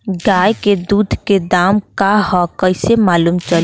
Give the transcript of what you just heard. गाय के दूध के दाम का ह कइसे मालूम चली?